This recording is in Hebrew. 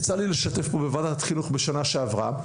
יצא לי לשתף פה בוועדת חינוך בשנה שעברה,